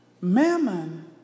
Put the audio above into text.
mammon